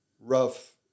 rough